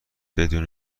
بدون